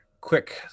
quick